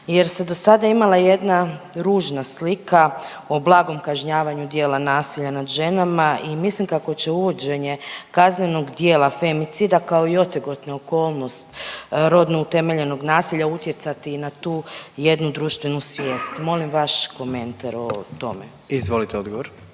jer se dosada imala jedna ružna slika o blagom kažnjavanju djela nasilja nad ženama i mislim kako će uvođenje kaznenog djela femicida kao i otegotne okolnosti rodno utemeljenog nasilja utjecati na tu jednu društvenu svijest. Molim vaš komentar o tome. **Jandroković,